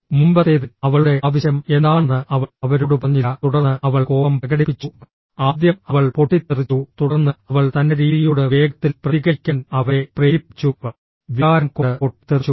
മുമ്പത്തേതിൽ അവളുടെ ആവശ്യം എന്താണെന്ന് അവൾ അവരോട് പറഞ്ഞില്ല തുടർന്ന് അവൾ കോപം പ്രകടിപ്പിച്ചു ആദ്യം അവൾ പൊട്ടിത്തെറിച്ചു തുടർന്ന് അവൾ തൻറെ രീതിയോട് വേഗത്തിൽ പ്രതികരിക്കാൻ അവരെ പ്രേരിപ്പിച്ചു വികാരം കൊണ്ട് പൊട്ടിത്തെറിച്ചു